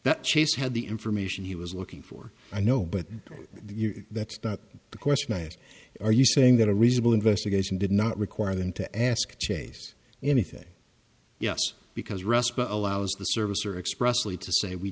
that chase had the information he was looking for i know but that's not the question i ask are you saying that a reasonable investigation did not require them to ask chase anything yes because russ allows the service or expressly to say we